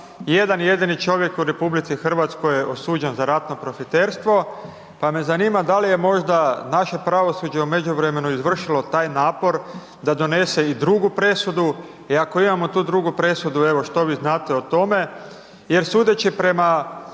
jedan jedini čovjek u RH je osuđen za ratno profiterstvo, pa me zanima da li je možda naše pravosuđe u međuvremenu izvršilo taj napor da donese i drugu presudu i ako imamo tu drugu presudu, evo, što vi znate o tome, jer sudeći prema,